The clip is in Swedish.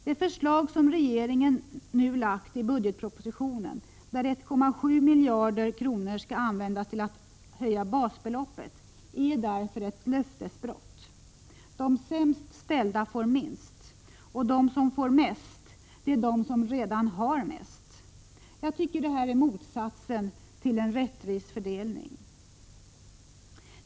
Det förslag som regeringen nu har lagt fram i budgetpropositionen, enligt vilket 1,7 miljarder kronor skall användas till att höja basbeloppet, är därför ett löftesbrott. De sämst ställda får minst. De som får mest är de som redan har mest. Det är motsatsen till en rättvis fördelning!